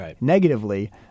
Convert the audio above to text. negatively